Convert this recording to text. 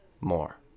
more